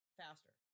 faster